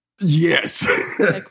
Yes